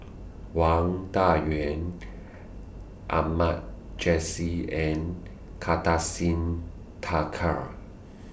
Wang Dayuan Ahmad Jais and Kartar Singh Thakral